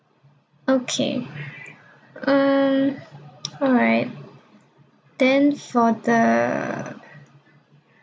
okay um alright then for the